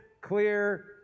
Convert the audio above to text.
clear